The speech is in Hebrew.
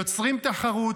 יוצרים תחרות,